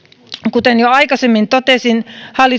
kuten jo aikaisemmin totesin